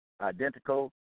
identical